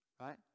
Right